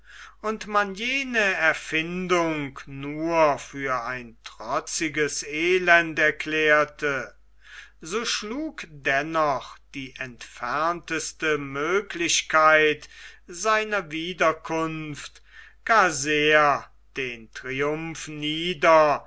und man jene erfindung nur für ein trotziges elend erklärte so schlug dennoch die entfernteste möglichkeit seiner wiederkunft gar sehr den triumph nieder